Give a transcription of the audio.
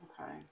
Okay